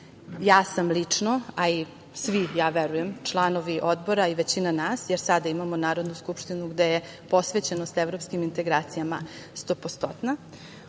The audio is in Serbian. sam lično, a i svi verujem, članovi Odbora i većina nas, jer sada imamo Narodnu skupštinu gde je posvećenost evropskim integracijama stopostotna,